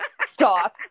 Stop